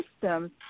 Systems